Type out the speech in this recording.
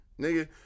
nigga